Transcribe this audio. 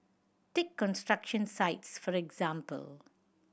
take construction sites for example